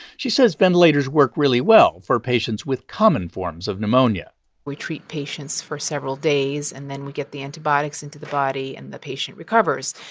she says ventilators work really well for patients with common forms of pneumonia we treat patients for several days. and then we get the antibiotics into the body, and the patient recovers.